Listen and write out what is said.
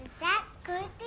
that good,